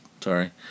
Sorry